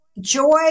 joy